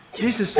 Jesus